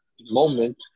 moment